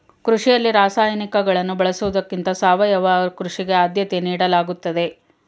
ಕೃಷಿಯಲ್ಲಿ ರಾಸಾಯನಿಕಗಳನ್ನು ಬಳಸುವುದಕ್ಕಿಂತ ಸಾವಯವ ಕೃಷಿಗೆ ಆದ್ಯತೆ ನೀಡಲಾಗುತ್ತದೆ